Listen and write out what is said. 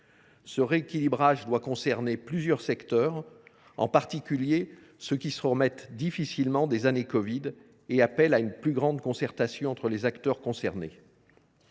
Ce rééquilibrage doit toucher plusieurs secteurs, en particulier ceux qui se remettent difficilement des années covid. Il appelle à une plus grande concertation entre les acteurs.